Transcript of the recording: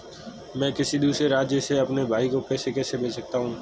मैं किसी दूसरे राज्य से अपने भाई को पैसे कैसे भेज सकता हूं?